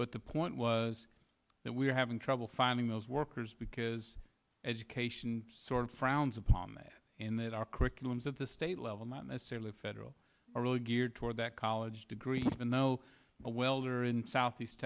but the point was that we are having trouble finding those workers because education sort of frowns upon that in that our curriculums at the state level not necessarily federal are really geared toward that college degree and no a welder in southeast